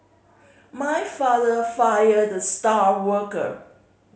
my father fired the star worker